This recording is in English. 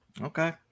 Okay